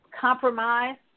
compromise